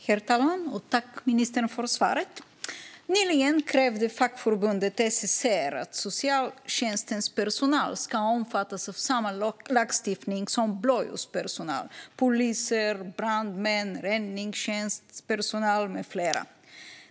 Herr talman! Tack, ministern, för svaret! Nyligen krävde fackförbundet SSR att socialtjänstens personal ska omfattas av samma lagstiftning som blåljuspersonal: poliser, brandmän, räddningstjänstpersonal med flera.